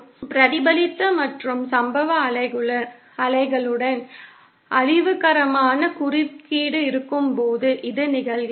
பிரதிபலித்த மற்றும் சம்பவ அலைகளுடன் அழிவுகரமான குறுக்கீடு இருக்கும்போது இது நிகழ்கிறது